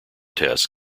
tests